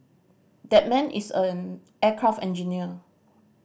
that man is an aircraft engineer